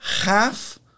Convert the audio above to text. half